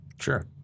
Sure